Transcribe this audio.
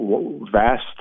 vast